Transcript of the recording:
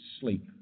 Sleep